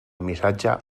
missatge